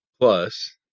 plus